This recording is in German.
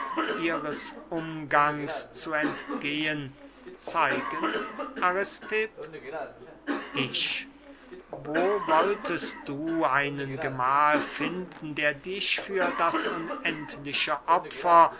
ihres umgangs zu entgehen zeigen aristipp ich wo wolltest du einen gemahl finden der dich für das unendliche